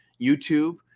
YouTube